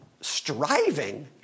striving